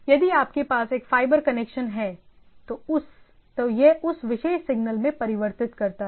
यदि आपके पास एक फाइबर कनेक्शन है तो यह उस विशेष सिग्नल में परिवर्तित करता है